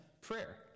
prayer